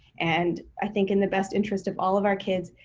and i think in the best interest of all of our kids,